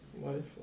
Life